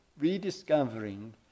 rediscovering